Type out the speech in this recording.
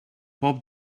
bob